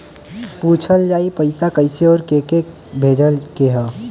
पूछल जाई पइसा कैसे अउर के के भेजे के हौ